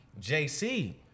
jc